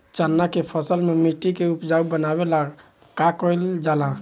चन्ना के फसल में मिट्टी के उपजाऊ बनावे ला का कइल जाला?